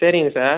சரிங்க சார்